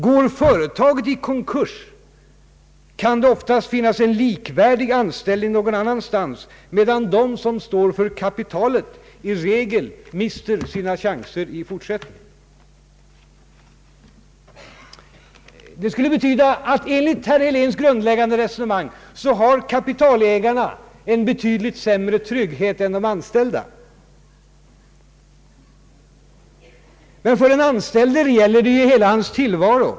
Går företaget i konkurs kan det oftast finnas en likvärdig anställning någon annanstans, medan de som står för kapitalet i regel mister sina chanser i fortsättningen.” Det skulle betyda att enligt herr Heléns grundläggande resonemang har kapitalägarna en betydligt sämre trygghet än de anställda. Men för den anställde gäller det ju hela hans tillvaro.